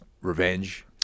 Revenge